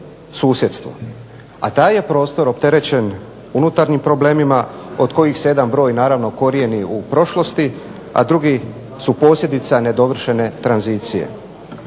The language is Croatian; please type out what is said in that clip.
susjedstvo, a taj je prostor opterećen unutarnjim problemima od kojih se jedan broj naravno korijeni u prošlosti, a drugi su posljedica nedovršene tranzicije.